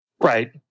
right